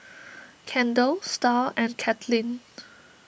Kendal Star and Katlynn